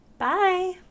Bye